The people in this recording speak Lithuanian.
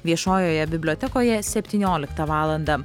viešojoje bibliotekoje septynioliktą valandą